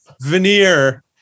veneer